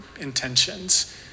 intentions